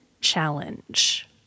challenge